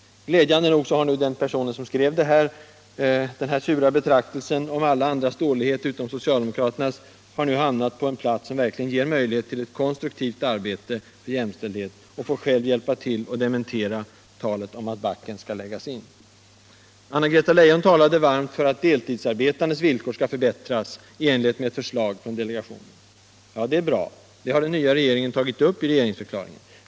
Glädjande nog har den person som skrev denna sura betraktelse om alla andras dålighet utom socialdemokraternas nu hamnat på en plats, som verkligen ger möjlighet till ett konstruktivt Allmänpolitisk debatt Allmänpolitisk debatt arbete för jämställdhet, och får själv hjälpa till att dementera talet om att backen skall läggas in. Anna-Greta Leijon talade varmt för att de deltidsarbetandes villkor skall förbättras i enlighet med ett förslag från delegationen. Ja, det är bra, och det har den nya regeringen tagit upp' i regeringsförklaringen.